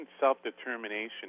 Self-Determination